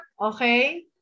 okay